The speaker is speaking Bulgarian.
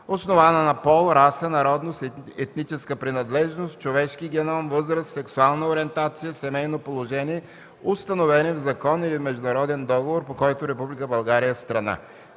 основана на пол, раса, народност, етническа принадлежност, човешки геном, възраст, сексуална ориентация, семейно положение, установени в закон или международен договор, по който Република